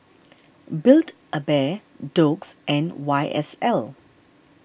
build A Bear Doux and Y S L